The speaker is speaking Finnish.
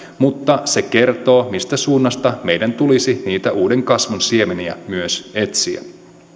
mutta se kertoo mistä suunnasta meidän tulisi niitä uuden kasvun siemeniä myös etsiä